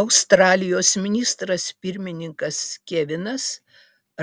australijos ministras pirmininkas kevinas